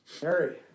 Harry